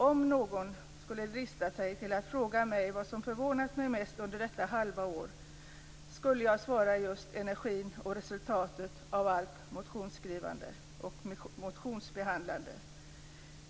Om någon skulle drista sig till att fråga mig vad som förvånat mig mest under detta halva år skulle jag svara just energin och resultatet av allt motionsskrivande och motionsbehandlande.